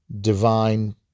Divine